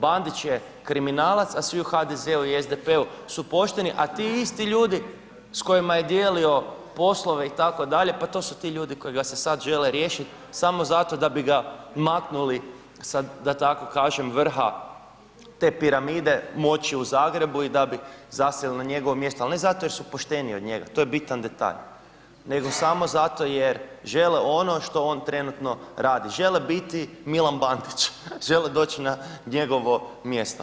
Bandića je kriminalaca svi u HDZ-u i SDP-u su pošteni a ti isti ljudi s kojima je dijelio poslove itd., pa to su ti ljudi kojega se sad žele riješit samo zato da bi ga maknuli sa da tako kažem vrha te piramide moći u Zagrebu i da bi zasjeli na njegovo mjesto ali ne zato jer su pošteniji od njega, to je bitan detalj nego samo zato jer žele ono što on trenutno radi, žele biti Milan Bandić, žele doći na njegovo mjesto.